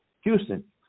Houston